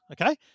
Okay